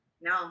no